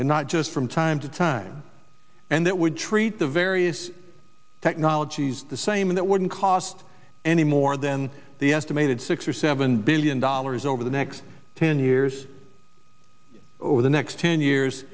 and not just from time to time and that would treat the various technologies the same that wouldn't cost any more than the estimated six or seven billion dollars over the next ten years over the next ten years